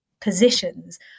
positions